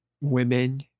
women